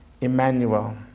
Emmanuel